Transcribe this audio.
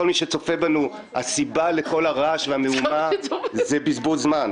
כל מי שצופה בנו: הסיבה לכל הרעש והמהומה זה בזבוז זמן.